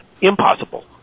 impossible